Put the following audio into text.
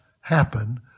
happen